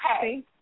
hey